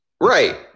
Right